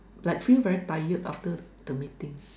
like feel very tired after the the meeting